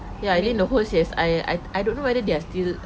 ya I mean the whole C_S_I I I don't know whether they are still